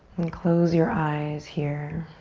and close your eyes here.